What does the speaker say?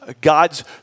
God's